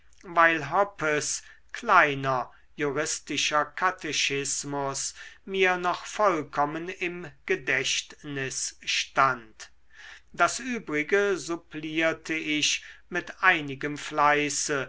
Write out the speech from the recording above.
weil hoppes kleiner juristischer katechismus mir noch vollkommen im gedächtnis stand das übrige supplierte ich mit einigem fleiße